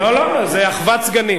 לא, זה אחוות סגנים.